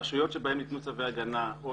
רשויות בהן ניתנו צווי הגנה או